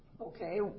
Okay